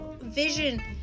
Vision